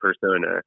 persona